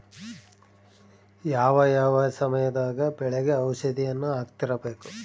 ಯಾವ ಯಾವ ಸಮಯದಾಗ ಬೆಳೆಗೆ ಔಷಧಿಯನ್ನು ಹಾಕ್ತಿರಬೇಕು?